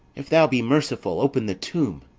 if thou be merciful, open the tomb,